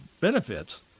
benefits